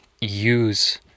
use